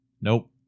nope